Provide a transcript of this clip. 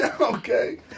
Okay